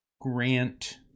Grant